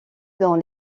dans